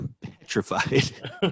petrified